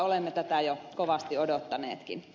olemme tätä jo kovasti odottaneetkin